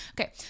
Okay